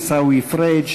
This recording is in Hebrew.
עיסאווי פריג',